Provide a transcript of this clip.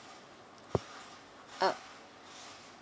uh